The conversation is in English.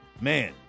Man